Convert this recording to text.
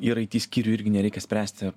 ir aity skyriui irgi nereikia spręsti